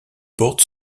porte